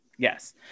Yes